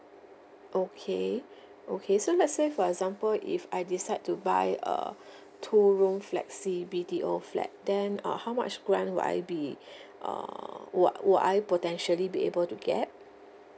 okay okay so let's say for example if I decide to buy a two room flexi B_T_O flat then uh how much grant will I be err will will I potentially be able to get